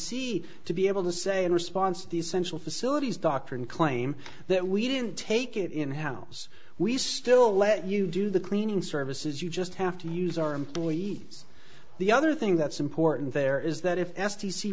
c to be able to say in response the essential facilities doctrine claim that we didn't take it in house we still let you do the cleaning services you just have to use our employees the other thing that's important there is that if